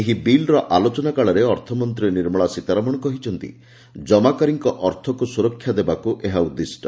ଏହି ବିଲ୍ର ଆଲୋଚନାକାଳରେ ଅର୍ଥମନ୍ତ୍ରୀ ନିର୍ମଳା ସୀତାରମଣ କହିଛନ୍ତି ଜମାକାରୀଙ୍କ ଅର୍ଥକୁ ସୁରକ୍ଷା ଦେବାକୁ ଏହା ଉଦ୍ଦିଷ୍ଟ